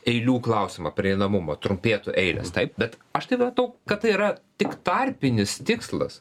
eilių klausimą prieinamumą trumpėtų eilės taip bet aš tai matau kad tai yra tik tarpinis tikslas